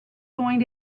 going